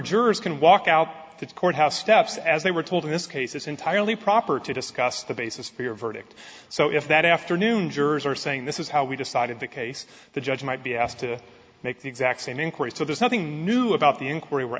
jurors can walk out the courthouse steps as they were told in this case it's entirely proper to discuss the basis for your verdict so if that afternoon jurors are saying this is how we decided the case the judge might be asked to make the exact same inquiry so there's nothing new about the inquiry we're